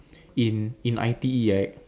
in in I_T_E right